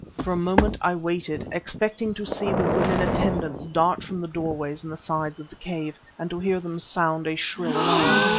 for a moment i waited, expecting to see the women attendants dart from the doorways in the sides of the cave, and to hear them sound a shrill alarm.